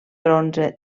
bronze